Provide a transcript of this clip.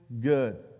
good